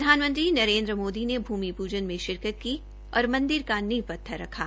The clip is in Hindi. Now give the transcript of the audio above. प्रधानमंत्री नरेन्द्र मोदी ने भूमि पूजन में शिरकित की और मंदिर का नींव पत्थर रखा